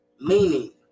Meaning